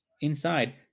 Inside